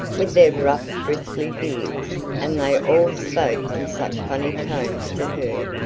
with their rough bristly beards and they all spoke in such funny tones to her,